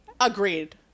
Agreed